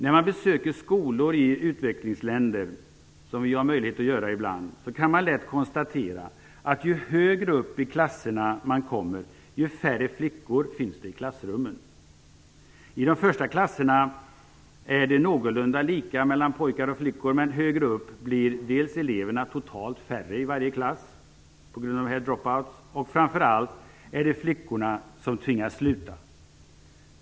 När man besöker skolor i utvecklingsländer, som vi har möjlighet att göra ibland, kan man lätt konstatera att ju högre upp i klasserna man kommer, desto färre flickor finns det i klassrummen. I de första klasserna är det någorlunda lika mellan pojkar och flickor, men högre upp blir eleverna totalt färre i varje klass på grund av drop outs, och framför allt är det flickorna som tvingas sluta.